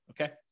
okay